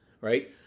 Right